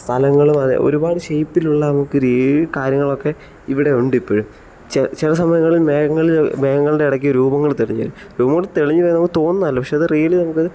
സ്ഥലങ്ങൾ ഒരുപാട് ഷേപ്പിലുള്ള നമുക്ക് ഒരേ കാര്യങ്ങളൊക്കെ ഇവിടെ ഉണ്ട് ഇപ്പോഴും ചെ ചില സമയങ്ങളിൽ മേഘങ്ങൾ മേഘങ്ങളുടെ ഇടക്ക് രൂപങ്ങൾ തെളിഞ്ഞ് വരും രൂപങ്ങൾ തെളിഞ്ഞ് വരുന്നത് തോന്നുന്നതല്ല പക്ഷെ റിയലി നമ്മൾ അത്